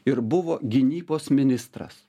ir buvo gynybos ministras